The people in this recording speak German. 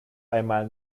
einmal